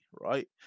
right